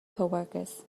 coworkers